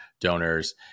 donors